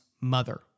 mother